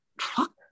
fuck